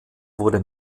wurde